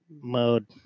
Mode